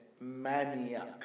maniac